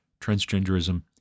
transgenderism